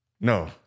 No